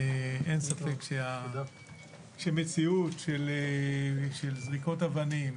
אין ספק שמציאות של זריקות אבנים,